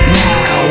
now